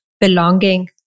belonging